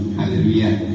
hallelujah